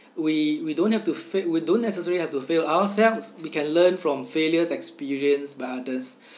we we don't have to fa~ we don't necessarily have to fail ourselves we can learn from failures experienced by others